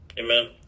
amen